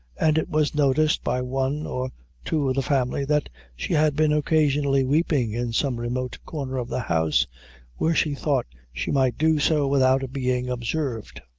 and it was noticed by one or two of the family, that she had been occasionally weeping in some remote corner of the house where she thought she might do so without being observed.